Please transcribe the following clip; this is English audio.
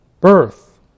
birth